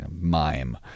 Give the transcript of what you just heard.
mime